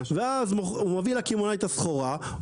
ואז הוא מביא לקמעונאי את הסחורה,